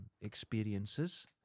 experiences